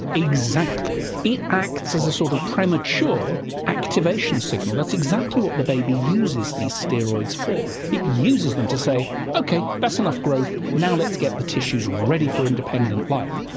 exactly. it acts as a sort of premature activation signal, that's exactly what the baby uses these steroids for, it uses them to say ok, that's enough growth now let's get the tissues ready for independent life'.